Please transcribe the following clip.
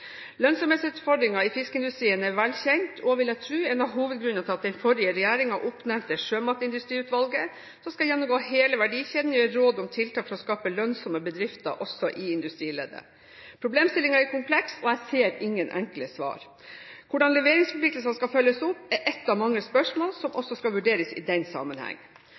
i fiskeindustrien er vel kjent og – vil jeg tro – en av hovedgrunnene til at den forrige regjeringen oppnevnte Sjømatindustriutvalget, som skal gjennomgå hele verdikjeden og gi råd om tiltak for å skape lønnsomme bedrifter også i industrileddet. Problemstillingen er kompleks, og jeg ser ingen enkle svar. Hvordan leveringsforpliktelser skal følges opp, er ett av mange spørsmål som også skal vurderes i den sammenheng.